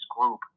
group